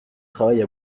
travaille